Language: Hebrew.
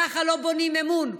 ככה לא בונים אמון.